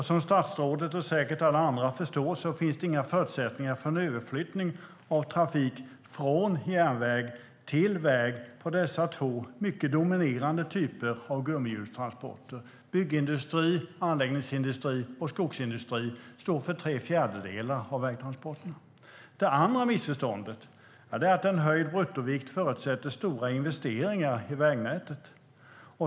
Som statsrådet och säkert alla andra förstår finns det inga förutsättningar för en överflyttning av trafik från järnväg till väg vid dessa två mycket dominerande typer av gummihjulstransporter. Byggindustri, anläggningsindustri och skogsindustri står för tre fjärdedelar av vägtransporterna. Det andra missförståndet är att en höjd bruttovikt förutsätter stora investeringar i vägnätet.